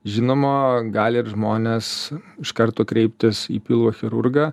žinoma gali ir žmonės iš karto kreiptis į pilvo chirurgą